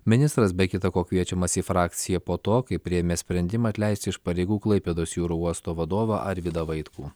ministras be kita ko kviečiamas į frakciją po to kai priėmė sprendimą atleisti iš pareigų klaipėdos jūrų uosto vadovą arvydą vaitkų